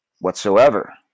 whatsoever